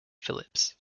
phillips